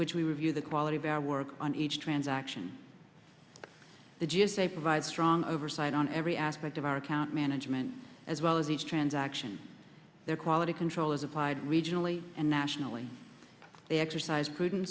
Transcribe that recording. which we review the quality of our work on each transaction the g s a provide strong oversight on every aspect of our account management as well as each transaction their quality control is applied regionally and nationally they exercise prudent